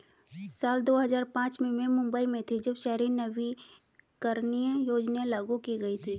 साल दो हज़ार पांच में मैं मुम्बई में थी, जब शहरी नवीकरणीय योजना लागू की गई थी